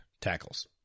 tackles